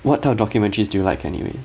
what type of documentaries do you like anyway